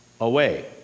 away